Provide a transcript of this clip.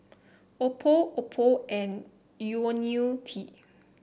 Oppo Oppo and IoniL T